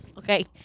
Okay